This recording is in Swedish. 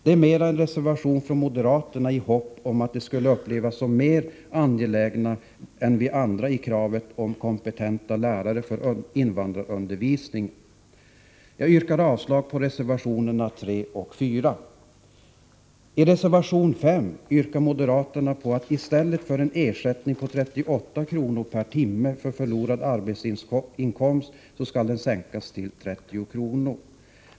Det är en reservation från moderaterna mera i hopp om att de skulle upplevas som mer angelägna än vi andra i fråga om kravet på kompetenta lärare för invandrarundervisningen. Jag yrkar avslag på reservationerna 3 och 4. I reservation 5 yrkar moderaterna på att den i propositionen föreslagna ersättningen med 38 kr. per timme för förlorad arbetsinkomst skall sänkas till 30 kr.